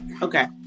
Okay